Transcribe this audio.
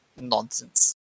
nonsense